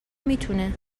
میتونه